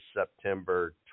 September